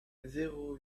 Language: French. zéro